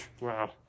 wow